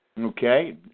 Okay